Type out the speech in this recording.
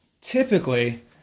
typically